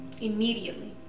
immediately